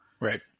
Right